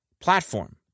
platform